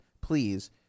please